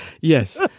yes